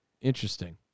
Interesting